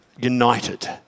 united